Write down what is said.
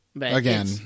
Again